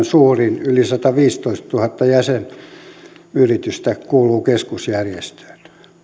suurin yli sataviisitoistatuhatta jäsenyritystä kuuluu keskusjärjestöön